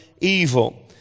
evil